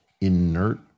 inert